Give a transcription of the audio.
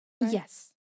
Yes